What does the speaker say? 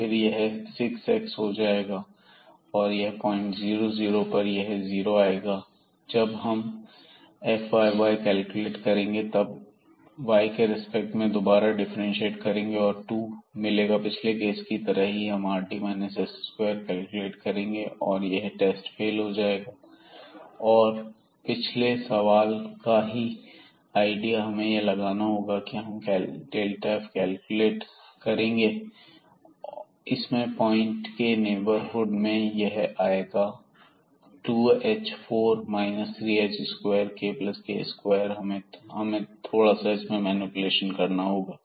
तो फिर से यह 6x हो जाएगा और पॉइंट 00 पर यह जीरो हो जाएगा जब हम fyy कैलकुलेट करेंगे तब इसे y के रेस्पेक्ट में दोबारा डिफ्रेंशिएट करेंगे और हमें 2 मिलेगा पिछले केस की तरह ही हम rt s2 कैलकुलेट करेंगे और यह टेस्ट फेल हो जाएगा और पिछले सवाल का ही आईडिया हमें यहां लगाना होगा अब हम f कैलकुलेट करेंगे इसमें पॉइंट के नेबरहुड में और यह आएगा 2h4 3h2kk2 और हम इसमें थोड़ा सा मैनिपुलेशन करेंगे